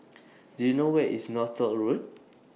Do YOU know Where IS Northolt Road